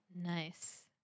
nice